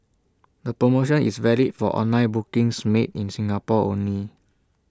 the promotion is valid for online bookings made in Singapore only